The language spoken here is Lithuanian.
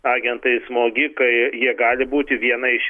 agentai smogikai jie gali būti viena iš